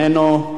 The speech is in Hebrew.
ולכן,